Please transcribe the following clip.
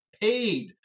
paid